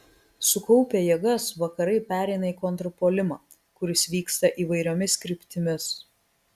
sukaupę jėgas vakarai pereina į kontrpuolimą kuris vyksta įvairiomis kryptimis